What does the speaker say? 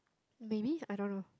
maybe I don't know